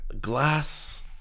Glass